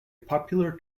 popular